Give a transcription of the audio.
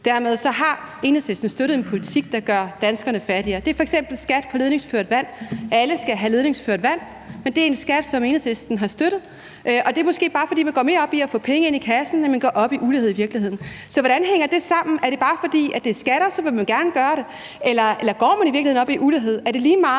Dermed har Enhedslisten støttet en politik, der gør danskerne fattigere. Det er f.eks. skat på ledningsført vand. Alle skal have ledningsført vand. Men det er en skat, som Enhedslisten har støttet, og det er måske bare, fordi man i virkeligheden går mere op i at få penge ind i kassen, end man går op i ulighed. Så hvordan hænger det sammen? Er det bare, fordi det er skatter, og så vil man gerne gøre det? Eller går man i virkeligheden ikke op i ulighed? Er det lige meget,